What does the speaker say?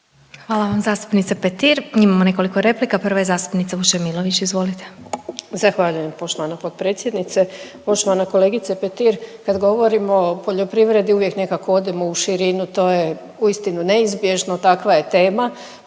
Hvala vam zastupnice Petir. Imamo nekoliko replika, prva je zastupnica Vučemilović, izvolite. **Vučemilović, Vesna (Hrvatski suverenisti)** Zahvaljujem poštovana potpredsjednice. Poštovana kolegice Petir kad govorimo o poljoprivredi uvijek nekako odemo u širinu, to je uistinu neizbježno, takva je tema,